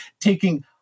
taking